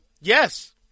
Yes